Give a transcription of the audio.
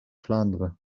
vlaanderen